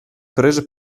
prese